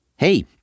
Hey